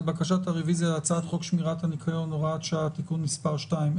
הצעת חוק שמירת הניקיון (הוראת שעה) (תיקון מס' 2),